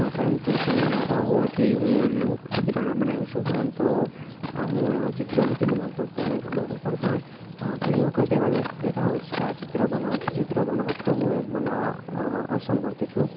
પરંતુ સમયના અભાવ હોવાથી હું એમનું ચિત્ર ન બનાવી શકું આમ તો હું એવાં ચિત્ર નથી બનાવતો પેમેન્ટ ઓડર ઉપર પણ ઘણી વખત એવા લોકો કહેતા હોય છે કે આ ચિત્ર બનાવવું છે ચિત્ર બનાવો તો હું એ બનાવવા અસમર્થ છું